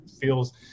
feels